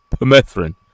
permethrin